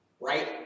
right